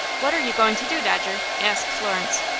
what are you going to do, dodger? asked florence.